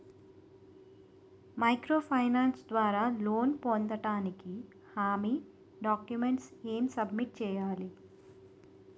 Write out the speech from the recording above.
Micro finance ద్వారా loan పొందటానికి హామీ డాక్యుమెంట్స్ ఎం సబ్మిట్ చేయాలి?